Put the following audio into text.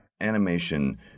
animation